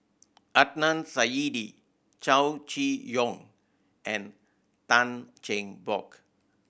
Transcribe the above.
Adnan Saidi Chow Chee Yong and Tan Cheng Bock